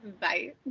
Bye